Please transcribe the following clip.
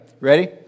Ready